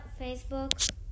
Facebook